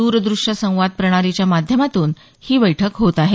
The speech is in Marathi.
द्रद्रश्य संवाद प्रणालीच्या माध्यमातून ही बैठक होत आहे